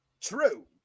true